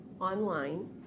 online